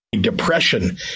Depression